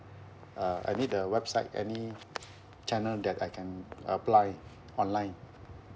uh I need the website any channel that I can apply online